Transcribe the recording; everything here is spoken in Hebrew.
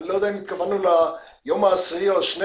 אני לא יודע אם התכוונו ליום העשירי או ה-12.